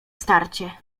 starcie